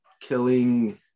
killing